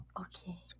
Okay